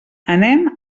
anem